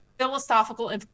philosophical